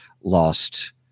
lost